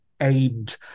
aimed